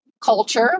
culture